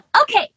okay